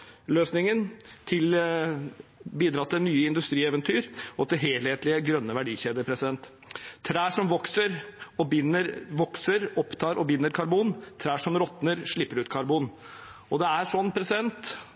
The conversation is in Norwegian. som kan bidra til klimaløsninger, til nye industrieventyr og til helhetlige, grønne verdikjeder. Trær som vokser, opptar og binder karbon. Trær som råtner, slipper ut karbon. Det er sånn – det